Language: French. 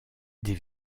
des